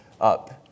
up